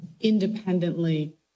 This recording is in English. independently